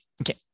Okay